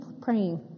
praying